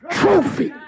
trophy